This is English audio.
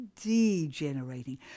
degenerating